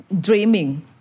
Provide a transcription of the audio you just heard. dreaming